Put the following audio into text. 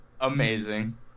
Amazing